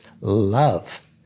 love